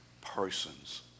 persons